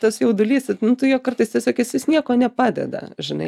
tas jaudulys nu tu jo kartais tiesiog jis jis nieko nepadeda žinai